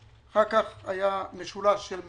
אחר כך היה משולש של מדינה,